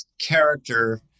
character